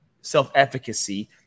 self-efficacy